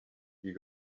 you